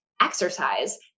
exercise